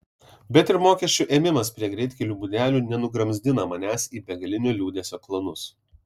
bet ir mokesčių ėmimas prie greitkelių būdelių nenugramzdina manęs į begalinio liūdesio klanus